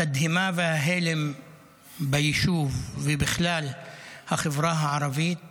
התדהמה וההלם ביישוב ובכלל בחברה הערבית